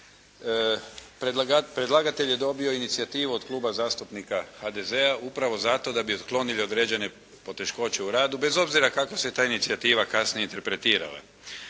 Predlagatelj je dobio inicijativu od Kluba zastupnika HDZ-a upravo zato da bi otklonili određene poteškoće u radu, bez obzira kako se ta inicijativa kasnije interpretirala.